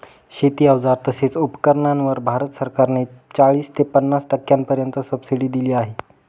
शेती अवजार तसेच उपकरणांवर भारत सरकार ने चाळीस ते पन्नास टक्क्यांपर्यंत सबसिडी दिली आहे